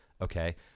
Okay